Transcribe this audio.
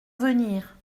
venir